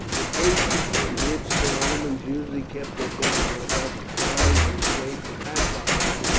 the cases in which the romans usually kept their books were about the size and shape of hat boxes,